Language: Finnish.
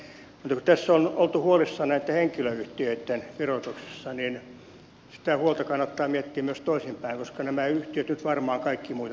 mutta kun tässä on oltu huolissaan näitten henkilöyhtiöitten verotuksesta niin sitä huolta kannattaa miettiä myös toisinpäin koska nämä yhtiöt nyt varmaan kaikki muutetaan osakeyhtiöiksi